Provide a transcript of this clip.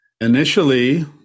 Initially